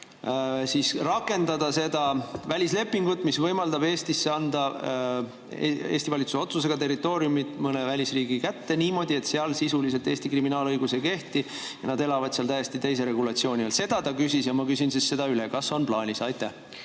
rakendada seda välislepingut, mis võimaldab Eestis anda Eesti valitsuse otsusega territooriumit mõne välisriigi kätte niimoodi, et seal sisuliselt Eesti kriminaalõigus ei kehti ja nad elavad seal täiesti teise regulatsiooni all. Seda ta küsis ja ma küsin siis üle: kas on plaanis? Aitäh!